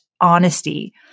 honesty